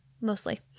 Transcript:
mostly